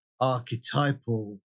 archetypal